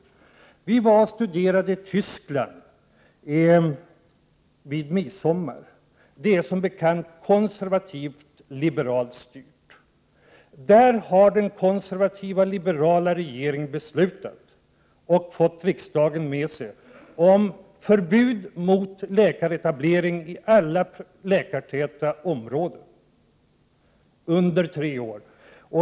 Jag och några till var i midsomras i Tyskland och studerade. Västtyskland är som bekant konservativt-liberalt styrt. Där har den konservativ-liberala regeringen beslutat — och fått parlamentet med sig på det — om förbud mot läkaretablering i alla läkartäta områden under tre år.